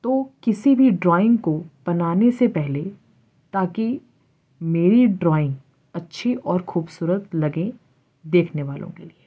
تو کسی بھی ڈرائنگ کو بنانے سے پہلے تاکہ میری ڈرائنگ اچھی اور خوبصورت لگے دیکھنے والوں کے لیے